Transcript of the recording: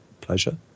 pleasure